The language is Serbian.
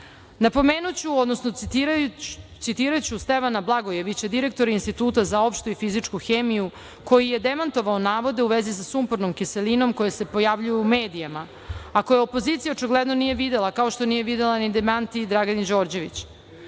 istu. Napomenuću, odnosno citiraću Stevana Blagojevića, direktora Instituta za opštu i fizičku hemiju, koji je demantovao navode u vezi sa sumpornom kiselinom koja se pojavljuje u medijima, a koje opozicija očigledno nije videla, kao što nije videla ni demanti, Dragane Đorđević.